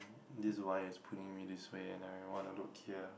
this wire is pulling me this way and everyone are look here